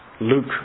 Luke